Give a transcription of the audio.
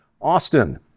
Austin